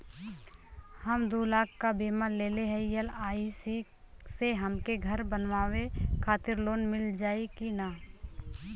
हम दूलाख क बीमा लेले हई एल.आई.सी से हमके घर बनवावे खातिर लोन मिल जाई कि ना?